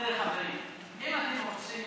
אם אתם רוצים